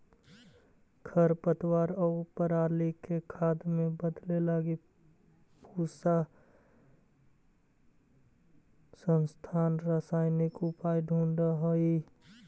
खरपतवार आउ पराली के खाद में बदले लगी पूसा संस्थान रसायनिक उपाय ढूँढ़ले हइ